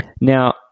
Now